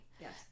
Yes